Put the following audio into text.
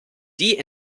die